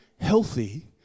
healthy